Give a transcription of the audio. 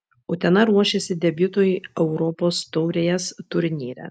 utena ruošiasi debiutui europos taurės turnyre